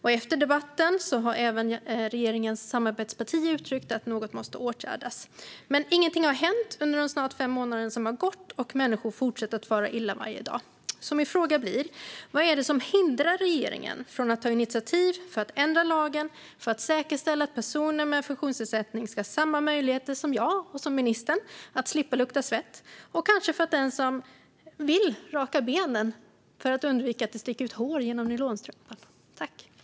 Efter debatten har även regeringens samarbetspartier uttryckt att något måste åtgärdas. Men ingenting har hänt under de snart fem månader som har gått, och människor fortsätter att fara illa varje dag. Min fråga blir: Vad är det som hindrar regeringen från att ta initiativ att ändra lagen för att säkerställa att personer med funktionsnedsättning ska ha samma möjligheter som jag och ministern att slippa lukta svett, och kanske för att den som vill raka benen för att undvika att hår sticker ut genom nylonstrumpan får göra det?